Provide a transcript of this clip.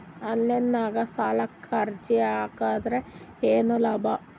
Online ನಾಗ್ ಸಾಲಕ್ ಅರ್ಜಿ ಹಾಕದ್ರ ಏನು ಲಾಭ?